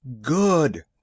Good